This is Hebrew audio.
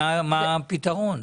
מה הפתרון?